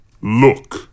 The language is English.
look